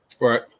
Right